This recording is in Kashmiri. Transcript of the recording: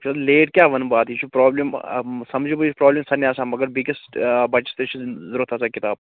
وُچھ حظ لیٹ کیٛاہ وَنہٕ بہٕ اَتھ یہِ چھُ پرٛابلِم سَمجہٕ بہٕ یہِ پرٛابلِم چھَنہٕ آسان مگر بیٚیِس آ بَچس تہٕ چھِ ضروٗرت آسان کِتاب